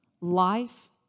life